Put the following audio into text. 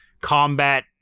combat